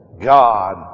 God